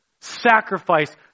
sacrifice